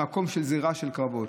למקום של זירה של קרבות.